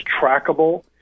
trackable